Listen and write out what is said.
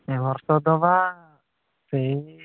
ଏ ବର୍ଷ ଦବା ସେଇ